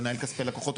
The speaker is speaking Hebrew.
לנהל כספי לקוחות,